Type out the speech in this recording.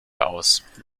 aus